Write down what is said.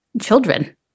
children